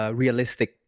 realistic